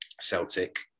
Celtic